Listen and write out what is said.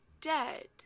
dead